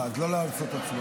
אז לא לעשות הצבעה.